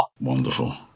Wonderful